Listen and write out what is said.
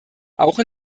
auch